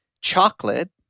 chocolate